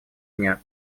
дня